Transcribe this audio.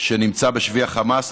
שנמצא בשבי החמאס.